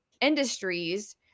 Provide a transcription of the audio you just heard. industries